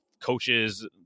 coaches